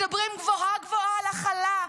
מדברים גבוהה-גבוהה על הכלה,